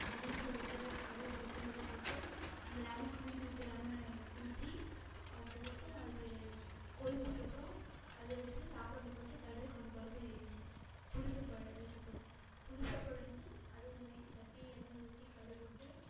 உளுந்து பருப்பு கடலை பருப்பு இதெல்லாம் போட்டு அந்த லெமன் புழிஞ்சுவிட்ட லெமனை ஊற்றி அதுக்கப்புறம் அது கொதித்ததுக்கு அப்புறம் அதை எடுத்து சாப்பாட்டில் போட்டு கிளறி கொண்டு போவது ஈஸி புளி சாப்பாடு அதுக்கப்புறம் புளி சாப்பாடு வந்து அதே மாதிரி சட்டி எண்ணெய் ஊற்றி கடுகு போட்டு